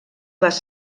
les